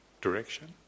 direction